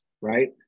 right